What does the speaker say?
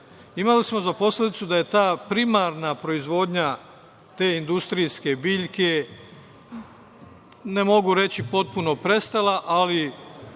Imali smo za posledicu da je ta primarna proizvodnja te industrijske biljke, ne mogu reći potpuno prestala, ali